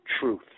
truth